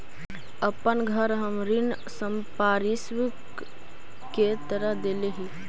अपन घर हम ऋण संपार्श्विक के तरह देले ही